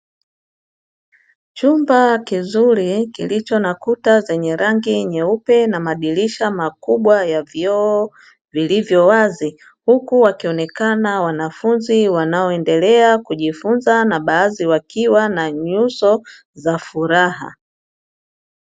Chumba kizuri kilicho na kuta zenye rangi nyeupe na madirisha makubwa ya vioo vilivyo wazi, huku wakionekana wanafunzi wanaoendelea kujifunza na baadhi wakiwa na nyuso za furaha.